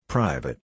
Private